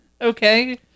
Okay